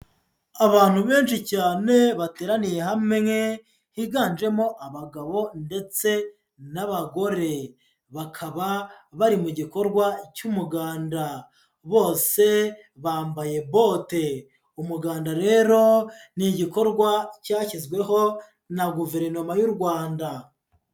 Abantu benshi cyane bateraniye hamwe higanjemo abagabo ndetse n'abagore, bakaba bari mu gikorwa cy'umuganda, bose bambaye bote, umuganda rero ni igikorwa cyashyizweho na Guverinoma y'u Rwanda.